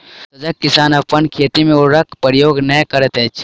सजग किसान अपन खेत मे उर्वरकक प्रयोग नै करैत छथि